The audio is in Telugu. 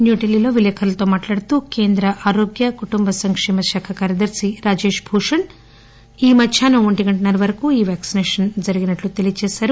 న్యూఢిల్జీలో విలేఖరులతో మాట్టాడుతూ కేంద్ర ఆరోగ్య కుటుంబ సంకేమశాఖ కార్యదర్ని రాజేష్ భూషణ్ ఈ మధ్యాహ్నం ఒంటిగంటన్న ర వరకూ ఈ వ్యాక్సినేషన్ జరిగినట్టు చెప్పారు